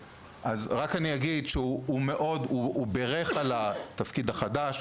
הוא בירך על התפקיד החדש.